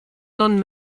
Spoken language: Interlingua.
non